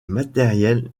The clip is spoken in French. matériels